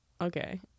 Okay